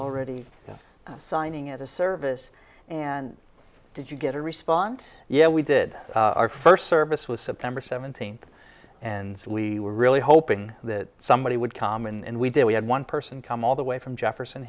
already signing is a service and did you get a response yeah we did our first service was september seventeenth and so we were really hoping that somebody would come and we did we had one person come all the way from jefferson